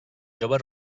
joves